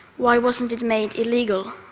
why wasn't it made illegal?